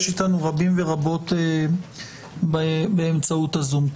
יש אתנו רבים ורבות באמצעות הזום.